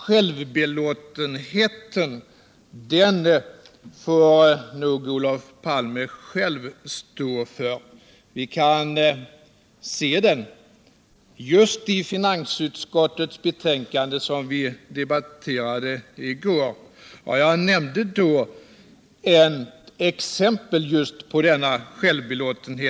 Självbelåtenheten får nog Olof Palme själv stå för. Vi kan se den just i det betänkande från finansutskottet som vi nu debatterar. Jag nämnde i går ett exempel på just denna självbelåtenhet.